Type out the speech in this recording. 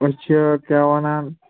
أسۍ چھِ کیٛاہ وَنان